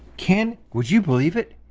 ken, would you believe it?